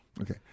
Okay